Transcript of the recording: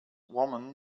woman